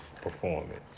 performance